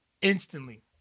instantly